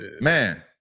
man